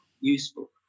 useful